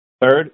Third